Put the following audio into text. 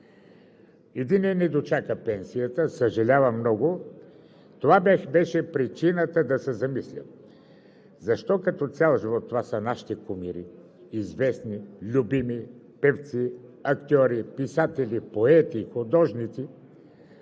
Единият не дочака пенсията, съжалявам много. Това беше причината да се замислим: защо като цял живот това са нашите кумири – известни, любими певци, актьори, писатели, поети, художници,